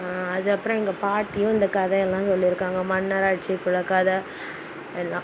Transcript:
அது அப்புறம் எங்கள் பாட்டியும் இந்த கதையெல்லாம் சொல்லியிருக்காங்க மன்னர் ஆட்சிக்குள்ள கதை எல்லாம்